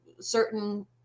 certain